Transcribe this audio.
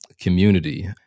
community